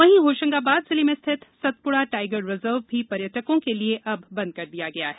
वहीं होशंगाबाद जिले में स्थिति सतपुड़ा टाइगर रिजर्व भी पर्यटकों के लिए बंद कर दिया गया है